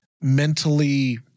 mentally